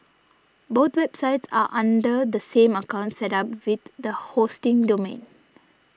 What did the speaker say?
both websites are under the same account set up with the hosting domain